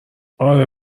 آره